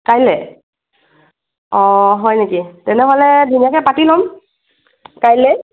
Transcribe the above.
কাইলৈ অঁ হয় নেকি তেনেহ'লে দিনতে পাতি ল'ম কাইলৈ